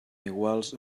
iguals